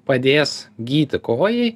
padės gyti kojai